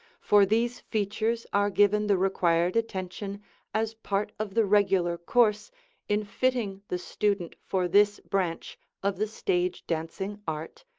for these features are given the required attention as part of the regular course in fitting the student for this branch of the stage dancing art,